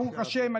ברוך השם,